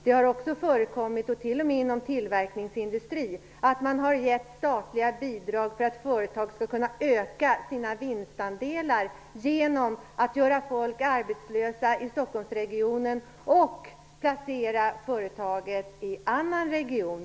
Det har t.o.m. förekommit att man har gett statliga bidrag inom tillverkningsindustrin för att företag skall kunna öka sina vinstandelar genom att göra folk arbetslösa i Stockholmsregionen och placera företaget i en annan region.